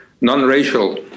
non-racial